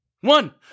One